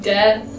Death